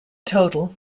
total